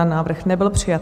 Návrh nebyl přijat.